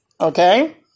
Okay